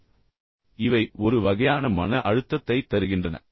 எனவே இந்த விஷயங்கள் அனைத்தும் உங்களுக்கு ஒரு வகையான மன அழுத்தத்தைத் தருகின்றன